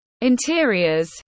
interiors